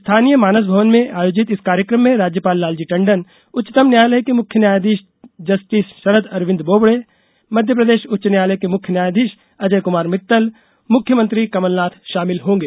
स्थानीय मानस भवन में आयोजित इस कार्यकम में राज्यपाल लालजी टंडन उच्चतम न्यायालय के मुख्य न्यायाधीश जस्टिस शरद अरविंद बोबडे मध्यप्रदेश उच्च न्यायालय के मुख्य न्यायाधीश अजय कुमार मित्तल मुख्यमंत्री कमलनाथ शामिल होंगे